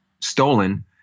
stolen